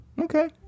okay